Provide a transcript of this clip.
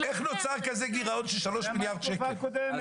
איך נוצר כזה גירעון של שלושה מיליארד שקל?